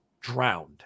drowned